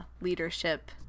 leadership